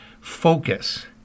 focus